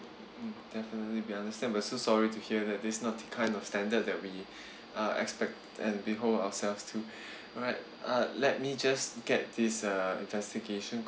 mm definitely we understand we are so sorry to hear that this is not the kind of standard that we uh expect and we hold ourselves to alright uh let me just get this uh investigation